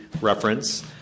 reference